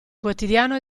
quotidiano